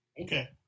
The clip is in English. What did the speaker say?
okay